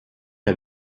der